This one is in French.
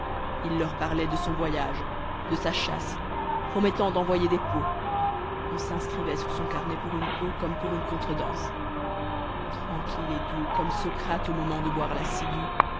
il leur parlait de son voyage de sa chasse promettant d'envoyer des peaux on s'inscrivait sur son carnet pour une peau comme pour une contredanse tranquille et doux comme socrate au moment de boire la ciguë